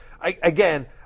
Again